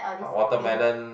watermelon